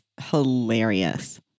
hilarious